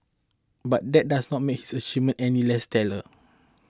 but that does not make his achievements any less stellar